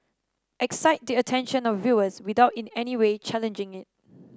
excite the attention of viewers without in any way challenging it